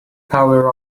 power